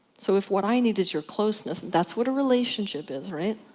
so, if what i need is your closeness, that's what a relationship is, right?